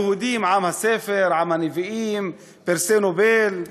היהודים, עם הספר, עם הנביאים, פרסי נובל,